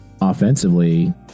offensively